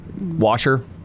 washer